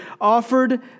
offered